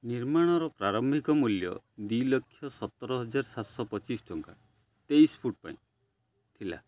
ନିର୍ମାଣର ପ୍ରାରମ୍ଭିକ ମୂଲ୍ୟ ଦୁଇଲକ୍ଷ ସତରହଜାର ସାତଶହ ପଚିଶ ଟଙ୍କା ତେଇଶୀ ଫୁଟ ପାଇଁ ଥିଲା